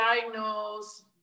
diagnose